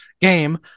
game